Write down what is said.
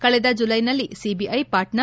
ಕಳೆದ ಜುಲೈನಲ್ಲಿ ಸಿಬಿಐ ಪಾಟ್ನಾ